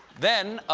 then